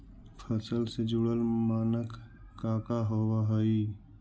फसल से जुड़ल मानक का का होव हइ?